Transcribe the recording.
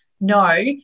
no